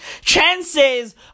Chances